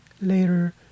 later